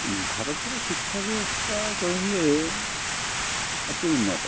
ଭାରତର ଶିକ୍ଷା ବ୍ୟବସ୍ଥା କହିଲେ ଅତି ଉନ୍ନତ